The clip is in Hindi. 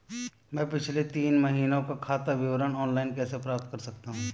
मैं पिछले तीन महीनों का खाता विवरण ऑनलाइन कैसे प्राप्त कर सकता हूं?